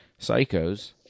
psychos